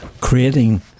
creating